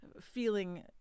feeling